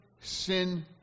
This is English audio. sin